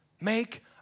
Make